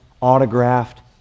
autographed